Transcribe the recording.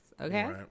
Okay